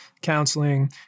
counseling